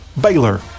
Baylor